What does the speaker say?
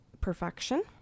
perfection